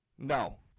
No